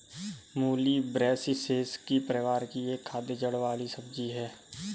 मूली ब्रैसिसेकी परिवार की एक खाद्य जड़ वाली सब्जी है